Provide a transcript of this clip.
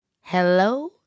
Hello